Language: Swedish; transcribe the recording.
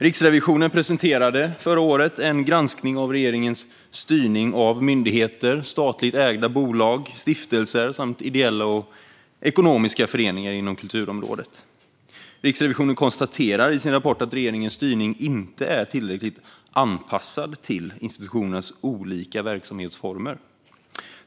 Riksrevisionen presenterade förra året en granskning av regeringens styrning av myndigheter, statligt ägda bolag, stiftelser samt ideella och ekonomiska föreningar inom kulturområdet. Riksrevisionen konstaterar i sin rapport att regeringens styrning inte är tillräckligt anpassad till institutionernas olika verksamhetsformer.